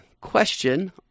question